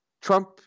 Trump